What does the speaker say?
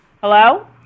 Hello